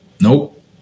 Nope